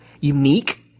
unique